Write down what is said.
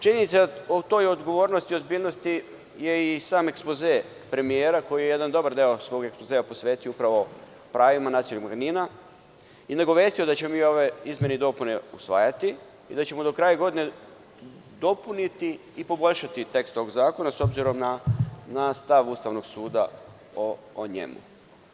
Činjenica o toj odgovornosti i ozbiljnosti je i sam ekspoze premijera, koji je jedan dobar deo ekspozea posvetio upravo pravima nacionalnih manjina i nagovestio da ćemo mi ove izmene i dopune usvajati i da ćemo do kraja godine dopuniti i poboljšati tekst ovog zakona, s obzirom na stav Ustavnog suda o njemu.